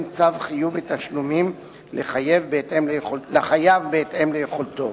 צו חיוב בתשלומים לחייב בהתאם ליכולתו.